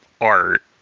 art